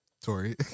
tory